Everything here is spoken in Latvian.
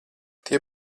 tie